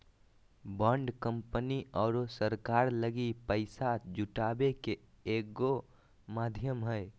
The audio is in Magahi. बॉन्ड कंपनी आरो सरकार लगी पैसा जुटावे के एगो माध्यम हइ